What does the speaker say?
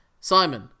Simon